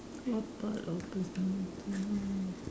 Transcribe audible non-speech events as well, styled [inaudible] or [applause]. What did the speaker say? what part of personality [noise]